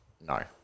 No